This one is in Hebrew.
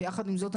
ויחד עם זאת,